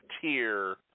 tier